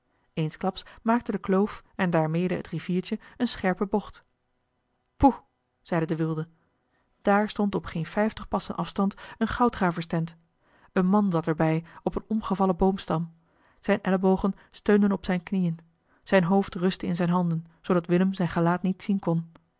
eensklaps maakte de kloof en daarmede het riviertje eene scherpe bocht poeh zeide de wilde daar stond op geen vijftig passen afstand eene goudgraverstent een man zat er bij op een omgevallen boomstam zijne ellebogen steunden op zijne knieën zijn hoofd rustte in zijne handen zoodat willem zijn gelaat niet zien kon